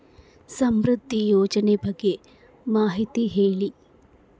ಸಮೃದ್ಧಿ ಯೋಜನೆ ಬಗ್ಗೆ ಮಾಹಿತಿ ಹೇಳಿ?